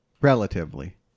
relatively